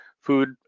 food